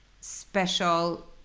special